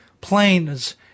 planes